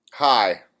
Hi